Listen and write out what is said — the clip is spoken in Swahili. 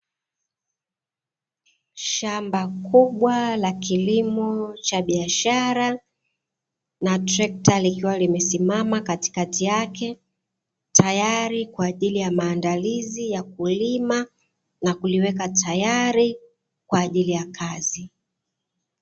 Shamba kubwa la kilimo cha biashara, na trekta likiwa limesimama katikati yake, tayari kwa ajili ya maandilizi ya kulima na kuliweka tayari kwa ajili ya kazi.